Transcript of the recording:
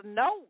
no